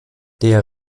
der